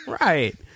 right